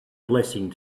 blessing